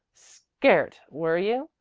scairt, were you?